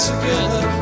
Together